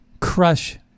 crush